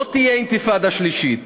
לא תהיה אינתיפאדה שלישית,